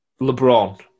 Lebron